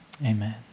Amen